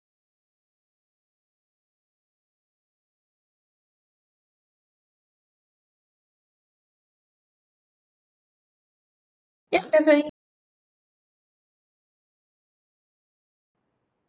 yup definitely